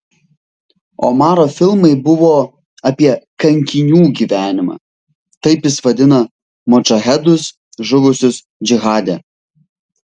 omaro filmai buvo apie kankinių gyvenimą taip jis vadino modžahedus žuvusius džihade